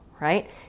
right